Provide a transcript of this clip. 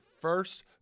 first